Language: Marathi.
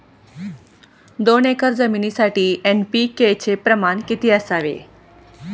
दोन एकर जमीनीसाठी एन.पी.के चे प्रमाण किती असावे?